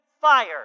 fire